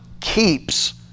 keeps